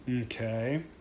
Okay